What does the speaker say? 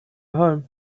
home